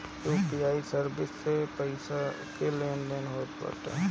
UPI service से पईसा के लेन देन होत बाटे